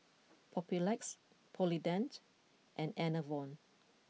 Papulex Polident and Enervon